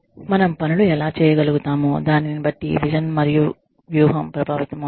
మనం పనులు ఎలా చేయగలుగుతామో దానిని బట్టి విజన్ మరియు వ్యూహం ప్రభావితమవుతాయి